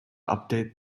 update